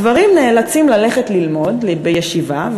הגברים נאלצים ללכת ללמוד בישיבה,